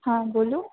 हँ बोलू